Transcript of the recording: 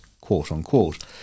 quote-unquote